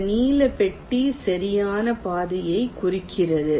இந்த நீல பெட்டி சரியான பாதையை குறிக்கிறது